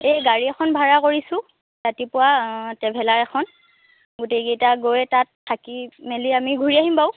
এই গাড়ী এখন ভাড়া কৰিছোঁ ৰাতিপুৱা ট্ৰেভেলাৰ এখন গোটেইকেইটা গৈ তাত থাকি মেলি আমি ঘূৰি আহিম বাৰু